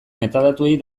metadatuei